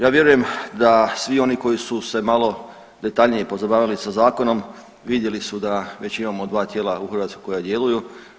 Ja vjerujem da svi oni koji su se malo detaljnije pozabavili sa zakonom, vidjeli su da već imamo dva tijela u Hrvatskoj koja djeluju.